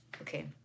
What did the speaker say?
okay